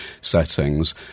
settings